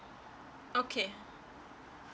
okay